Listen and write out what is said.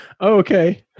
okay